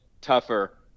tougher